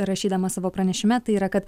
rašydama savo pranešime tai yra kad